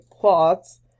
plots